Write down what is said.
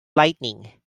lightning